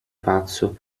pazzo